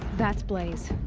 that's blaze.